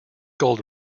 gold